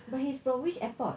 but he's from which airport